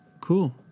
cool